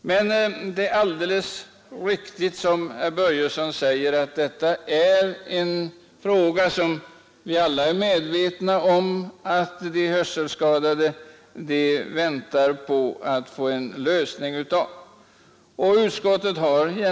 Herr Börjesson sade att detta är ett problem som de hörselskadade väntar på en lösning av, och det är vi alla medvetna om.